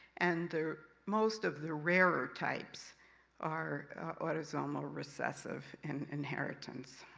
and the most of the rarer types are autosomal recessive in inheritance.